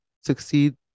succeed